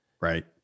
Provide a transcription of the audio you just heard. Right